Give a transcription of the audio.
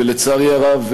ולצערי הרב,